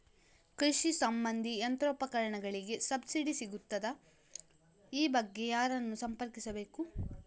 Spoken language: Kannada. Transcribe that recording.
ಕೃಷಿ ಸಂಬಂಧಿ ಯಂತ್ರೋಪಕರಣಗಳಿಗೆ ಸಬ್ಸಿಡಿ ಸಿಗುತ್ತದಾ? ಈ ಬಗ್ಗೆ ಯಾರನ್ನು ಸಂಪರ್ಕಿಸಬೇಕು?